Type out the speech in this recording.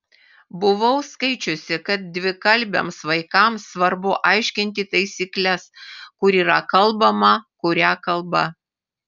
buvau skaičiusi kad dvikalbiams vaikams svarbu aiškinti taisykles kur yra kalbama kuria kalba